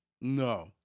No